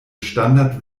standard